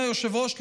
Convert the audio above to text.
אדוני היושב-ראש,